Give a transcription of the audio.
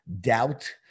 Doubt